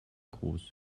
groß